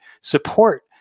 support